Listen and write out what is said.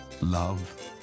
Love